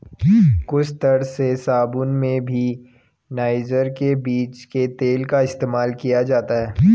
कुछ तरह के साबून में भी नाइजर के बीज के तेल का इस्तेमाल किया जाता है